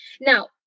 Now